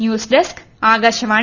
news desk Akashvani